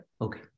Okay